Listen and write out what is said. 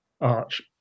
arch